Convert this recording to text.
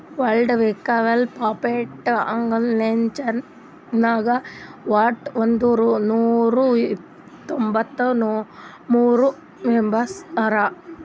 world intellectual property organization ನಾಗ್ ವಟ್ ಒಂದ್ ನೊರಾ ತೊಂಬತ್ತ ಮೂರ್ ಮೆಂಬರ್ಸ್ ಹರಾ